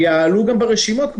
ויעלו ברשימות,